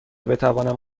بتوانم